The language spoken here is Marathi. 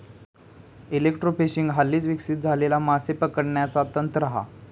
एलेक्ट्रोफिशिंग हल्लीच विकसित झालेला माशे पकडण्याचा तंत्र हा